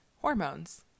hormones